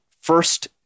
first